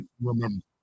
remember